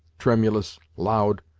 tremulous, loud,